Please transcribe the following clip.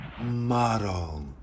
Model